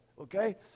okay